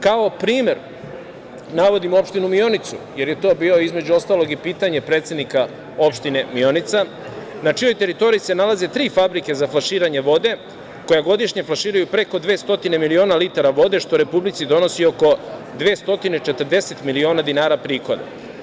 Kao primer navodim opštinu Mionicu, jer je to bilo, između ostalog, i pitanje predsednika opštine Mionica na čijoj teritoriji se nalaze tri fabrike za flaširanje vode koje godišnje flaširaju preko 200 miliona litara vode, što republici donosi oko 240 milion dinara prihoda.